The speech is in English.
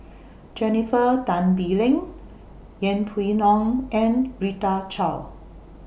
Jennifer Tan Bee Leng Yeng Pway Ngon and Rita Chao